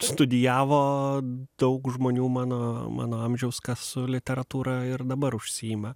studijavo daug žmonių mano mano amžiaus kas su literatūra ir dabar užsiima